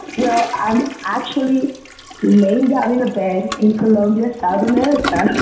well, i'm actually laying down in a bed in colombia, south america.